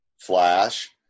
flash